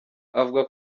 avuga